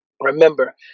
remember